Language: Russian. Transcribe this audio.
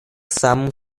самым